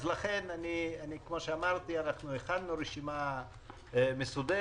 לכן, כמו שאמרתי, אנחנו הכנו רשימה מסודרת.